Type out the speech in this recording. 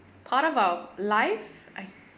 part of our life I